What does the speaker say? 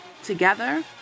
Together